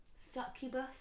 succubus